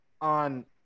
on